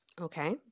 okay